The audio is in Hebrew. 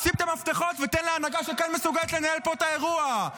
שים את המפתחות ותן להנהגה שכן מסוגלת לנהל פה את האירוע.